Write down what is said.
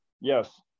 Yes